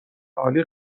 عالی